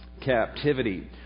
captivity